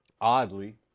Oddly